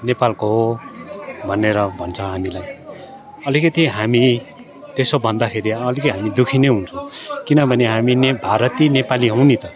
नेपालको हो भनेर भन्छ हामीलाई अलिकति हामी त्यसो भन्दाखेरि अलिक हामी दुःखी नै हुन्छौँ किनभने हामी ने भारती नेपाली हौँ नि त